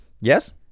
Yes